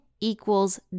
equals